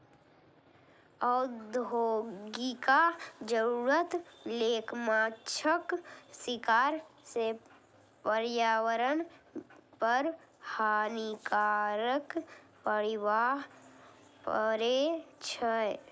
औद्योगिक जरूरत लेल माछक शिकार सं पर्यावरण पर हानिकारक प्रभाव पड़ै छै